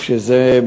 שרפה,